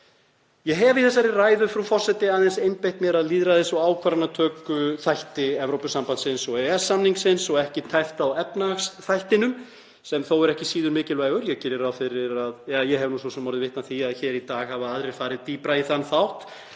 Ég hef í þessari ræðu, frú forseti, aðeins einbeitt mér að lýðræðis- og ákvarðanatökuþætti Evrópusambandsins og EES-samningsins og ekki tæpt á efnahagsþættinum sem þó er ekki síður mikilvægur. Ég geri ráð fyrir, og ég hef svo sem orðið vitni að því hér í dag, að aðrir fari dýpra í þann þátt.